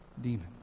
demons